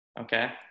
okay